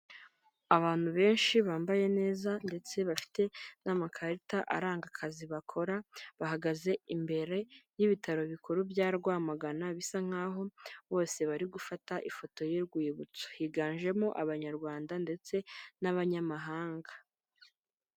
Abantu benshi bambaye neza ndetse bafite n'amakarita aranga akazi bakora bahagaze imbere y'ibitaro bikuru bya Rwamagana bisa nkaho bose bari gufata ifoto y'urwibutso higanjemo abanyarwanda ndetse n'abanyamahanga.